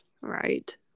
Right